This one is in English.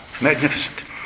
magnificent